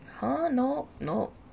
ha nope nope